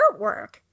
artwork